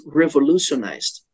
revolutionized